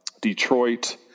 Detroit